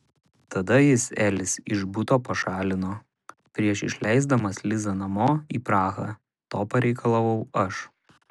tada jis elis iš buto pašalino prieš išleisdamas lizą namo į prahą to pareikalavau aš